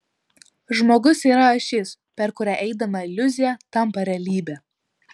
žmogus yra ašis per kurią eidama iliuzija tampa realybe